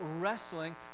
wrestling